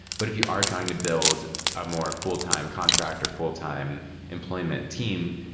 but if you are trying to build a more full-time contractor, full-time employment team,